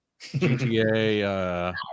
GTA